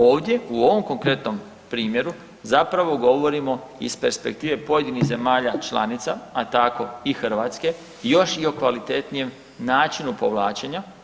Ovdje u ovom konkretnom primjeru zapravo govorimo iz perspektive pojedinih zemalja članica, a tako i Hrvatske još i o kvalitetnijem načinu povlačenja.